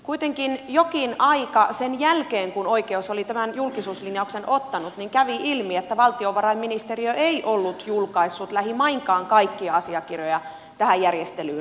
kuitenkin jokin aika sen jälkeen kun oikeus oli tämän julkisuuslinjauksen ottanut kävi ilmi että valtiovarainministeriö ei ollut julkaissut lähimainkaan kaikkia asiakirjoja tähän järjestelyyn liittyen